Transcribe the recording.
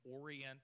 orient